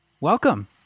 Welcome